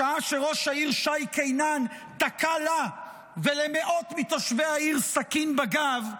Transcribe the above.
בשעה שראש העיר שי קינן תקע לה ולמאות מתושבי העיר סכין בגב,